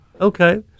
Okay